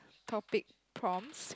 topic prompts